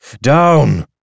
Down